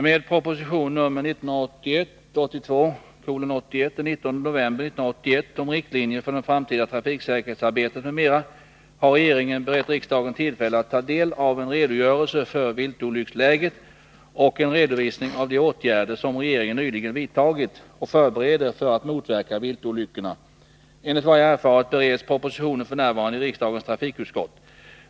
Med proposition nr 1981/82:81 den 19 november 1981 om riktlinjer för det framtida trafiksäkerhetsarbetet m.m. har regeringen berett riksdagen tillfälle att ta del av en redogörelse för viltolycksläget och en redovisning av de åtgärder som regeringen nyligen vidtagit och förbereder för att motverka viltolyckorna. Enligt vad jag erfarit bereds propositionen f. n. i riksdagens trafikutskott.